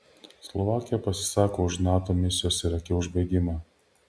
slovakija pasisako už nato misijos irake užbaigimą